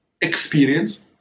experience